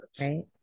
Right